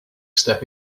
step